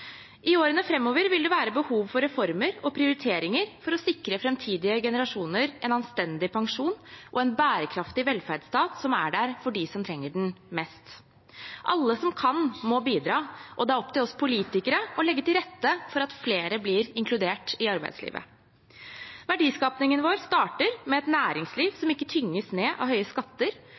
I årene framover vil det være behov for reformer og prioriteringer for å sikre framtidige generasjoner en anstendig pensjon og en bærekraftig velferdsstat som er der for dem som trenger den mest. Alle som kan, må bidra, og det er opp til oss politikere å legge til rette for at flere blir inkludert i arbeidslivet. Verdiskapingen vår starter med et næringsliv som ikke tynges ned av høye skatter,